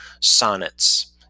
sonnets